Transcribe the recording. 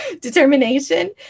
Determination